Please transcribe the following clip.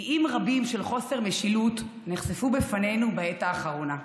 איים רבים של חוסר משילות נחשפו בפנינו בעת האחרונה.